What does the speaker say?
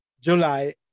July